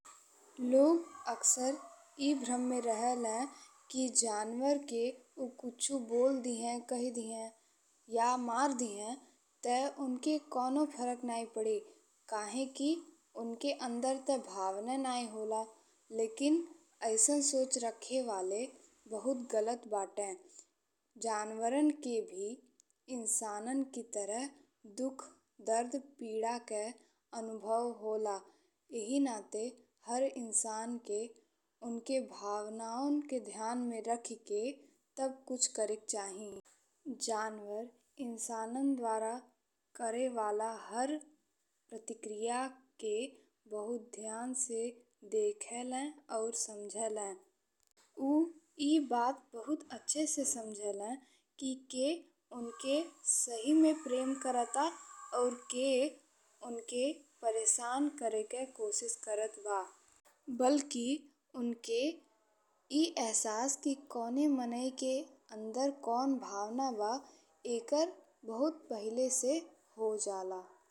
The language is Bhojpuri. लोग अक्सर ए भ्रम में रहलें कि जनवर के उ कुछुँ बोली दिए कहि दिए या मार दिए ते ओनके कउनो फरक नाहीं पड़ी काहे कि ओनके अंदर ते भावना नाहीं होला, लेकिन अइसन सोच रखे वाले बहुत गलत बाटे। जानवरन के भी इंसानन के तरह दुःख, दर्द, पीड़ा के अनुभव होला। एही नाते हर इंसान के ओनके भावनवन के ध्यान में रखिके तब कुछु करे के चाही। जानवर इंसानन द्वारा कइल जा रहल हर प्रतिक्रिया के बहुत ध्यान से देखेले और समुझेले। उ ए बात बहुत अच्छे से समझेले कि के ओनके सही में प्रेम कराता और के परेशान करे के कोशिश करता बा, बल्कि ओनके एह एहसास कि कौने मनई के अंदर कौनो भावना बा एकर बहुत पहिले से हो जाला।